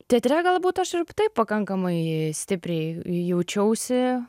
teatre galbūt aš ir taip pakankamai stipriai jaučiausi